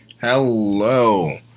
Hello